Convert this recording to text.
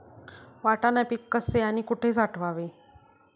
वाटाणा पीक कसे आणि कुठे साठवावे?